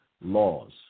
laws